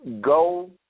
go